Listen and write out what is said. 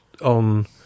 on